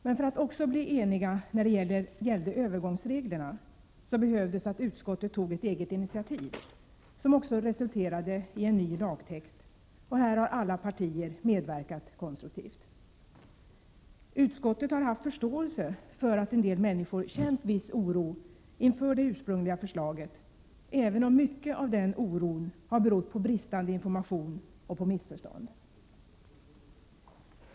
Men för att också bli eniga när det gällde övergångsreglerna behövdes att utskottet tog ett eget initiativ, som också resulterade i en ny lagtext, och här har alla partier medverkat konstruktivt. Utskottet har haft förståelse för att en del människor känt viss oro inför det ursprungliga förslaget, även om mycket av den oron har berott på bristande information och på missförstånd.